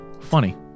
Funny